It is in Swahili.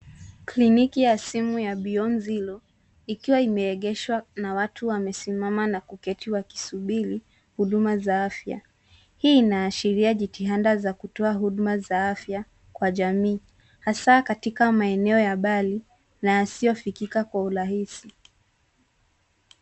Kliniki ya simu ya beyond zero ikiwa imeegeshwa na watu wamesimama na kuketi wakisubiri huduma za afya. Hii inaashiria jitihada za kutoa huduma za afya kwa jamii hasa katika maeneo ya mbali na yasiyofikika kwa urahisi.